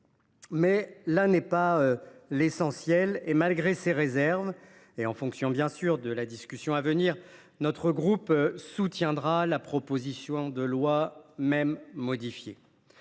Mais là n’est pas l’essentiel. Malgré ces réserves, en fonction bien sûr de la discussion à venir, notre groupe soutiendra la proposition de loi, même modifiée.